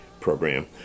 program